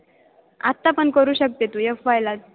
आत्ता पण करू शकते तू यफ वायला